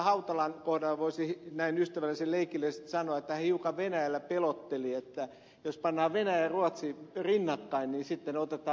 hautalan kohdalla voisi näin ystävällisen leikillisesti sanoa että hän hiukan venäjällä pelotteli että jos pannaan venäjä ja ruotsi rinnakkain niin sitten otetaan ruotsi